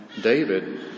David